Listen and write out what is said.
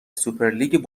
سوپرلیگ